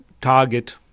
target